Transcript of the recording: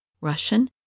Russian